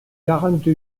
quarante